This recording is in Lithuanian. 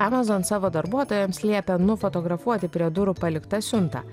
amazon savo darbuotojams liepė nufotografuoti prie durų paliktą siuntą